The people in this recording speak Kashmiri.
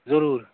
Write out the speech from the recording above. ضروٗر